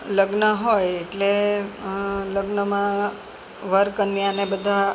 લગ્ન હોય એટલે લગ્નમાં વર કન્યા ને બધા